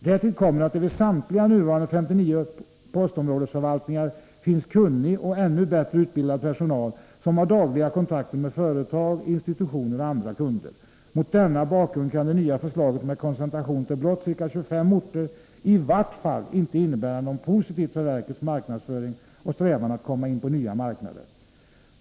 Därtill kommer att det vid samtliga nuvarande 59 postområdesförvaltningar finns kunnig och ännu Ny organisation för bättre utbildad personal, som har dagliga kontakter med företag, institutiopostverket ner och andra kunder. Mot denna bakgrund kan det nya förslaget med koncentration till blott ca 25 orter i varje fall inte innebära något positivt för verkets marknadsföring och strävan att komma in på nya marknader.